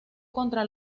contra